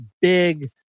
big